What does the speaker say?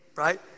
right